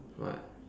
what